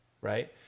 right